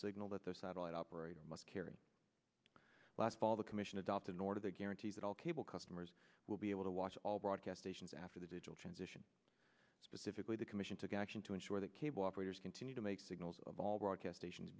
signal that the satellite operator must carry last fall the commission adopted in order to guarantee that all cable customers will be able to watch all broadcast stations after the digital transition specifically the commission to get action to ensure that cable operators continue to make signals of all broadcast ations